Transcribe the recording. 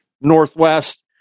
Northwest